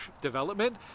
development